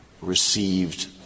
received